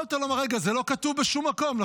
יכולת לומר: רגע, זה לא כתוב בשום מקום.